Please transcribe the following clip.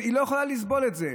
היא לא יכולה לסבול את זה.